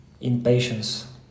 impatience